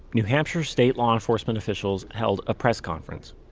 new hampshire state law enforcement officials held a press conference.